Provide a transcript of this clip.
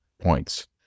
points